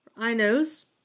Inos